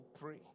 pray